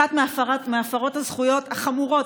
אחת מהפרות הזכויות החמורות,